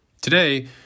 Today